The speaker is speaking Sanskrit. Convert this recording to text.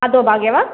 अधोभागे वा